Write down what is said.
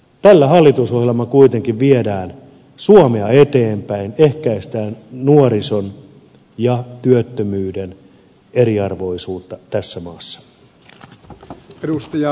tällä hallitusohjelmalla kuitenkin viedään suomea eteenpäin ehkäistään nuorison ja työttömyyden eriarvoisuutta tässä maassa